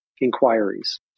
inquiries